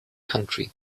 country